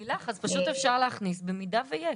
לילך, אז פשוט אפשר להכניס "במידה ויש".